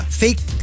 fake